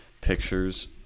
pictures